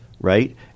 right